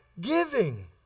giving